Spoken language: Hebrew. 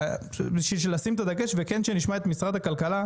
בשביל לשים את הדגש וכן שנשמע את משרד הכלכלה,